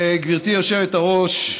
גברתי היושבת-ראש,